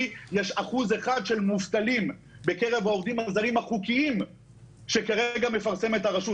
יש אחוז אחד של מובלטים בקרב העובדים הזרים החוקיים שכרגע מפרסמת הרשות.